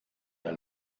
der